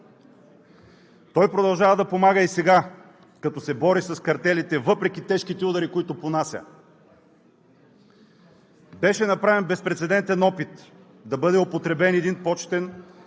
Той продължава да помага и сега, като се бори с картелите, въпреки тежките удари, които понася. Беше направен безпрецедентен опит да бъде употребен един почетен